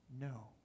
No